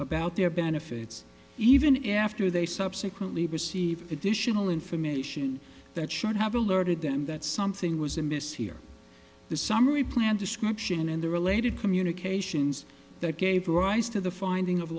about their benefits even after they subsequently received additional information that should have alerted them that something was amiss here the summary plan description and the related communications that gave rise to the finding of